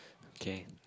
can